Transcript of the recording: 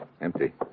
Empty